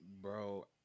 Bro